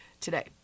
today